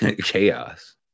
chaos